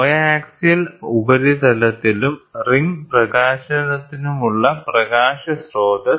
കോ axial ഉപരിതലത്തിനും ring പ്രകാശത്തിനുമുള്ള പ്രകാശ സ്രോതസ്സ്